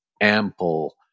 ample